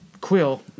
Quill